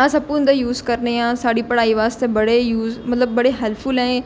अस आपू इं'दा यूज करने आं साढ़ी पढ़ाई बास्तै बड़े यूज मतलब बड़े हैल्फफुल ऐ